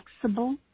flexible